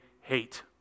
hate